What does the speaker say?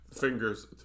fingers